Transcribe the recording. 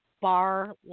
bar